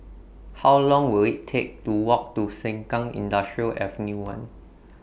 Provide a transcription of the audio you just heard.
How Long Will IT Take to Walk to Sengkang Industrial Ave one